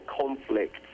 conflict